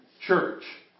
church